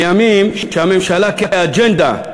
בימים שהממשלה, כאג'נדה,